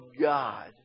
God